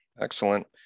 excellent